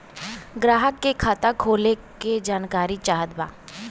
ग्राहक के खाता खोले के जानकारी चाहत बा?